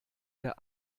der